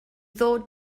ddod